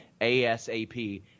asap